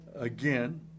again